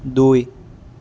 দুই